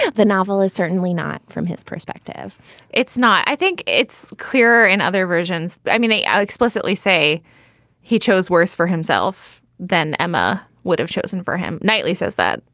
yeah the novel is certainly not from his perspective it's not. i think it's clearer in other versions. i mean, they explicitly say he chose worse for himself than emma would have chosen for him. knightley says that,